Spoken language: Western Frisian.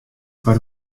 foar